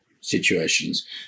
situations